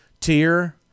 tier